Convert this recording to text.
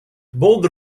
bold